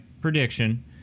prediction